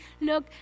look